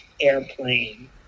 airplane